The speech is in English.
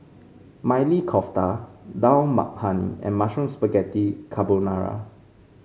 Maili Kofta Dal Makhani and Mushroom Spaghetti Carbonara